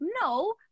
No